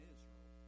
Israel